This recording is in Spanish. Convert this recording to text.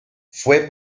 fue